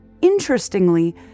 Interestingly